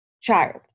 child